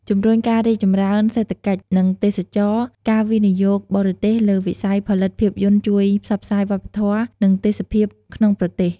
ជំរុញការរីកចម្រើនសេដ្ឋកិច្ច និងទេសចរណ៍ការវិនិយោគបរទេសលើវិស័យផលិតភាពយន្តជួយផ្សព្វផ្សាយវប្បធម៌ និងទេសភាពក្នុងប្រទេស។